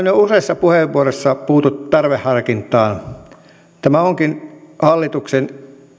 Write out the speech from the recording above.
jo useassa puheenvuorossa puututtu tarveharkintaan tämä onkin hallituksen